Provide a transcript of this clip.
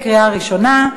קריאה ראשונה.